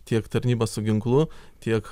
tiek tarnyba su ginklu tiek